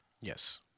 Yes